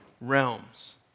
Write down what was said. realms